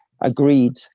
agreed